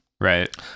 Right